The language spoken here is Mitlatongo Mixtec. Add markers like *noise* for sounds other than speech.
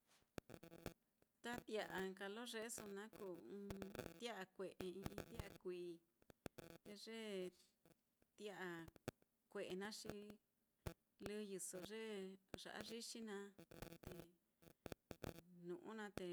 *noise* ta tia'a nka lo yeeso naá kuu ɨ́ɨ́n tia'a kue'e i'i tia'a kuií, te ye tia'a kue'e naá, xi lɨyɨso ye ya'a yixi naá nu'u naá te